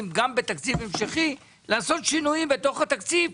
בתקציב ההמשכי לעשות שינויים בתוך התקציב,